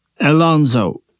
Alonso